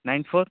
nine four